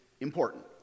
important